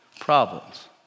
problems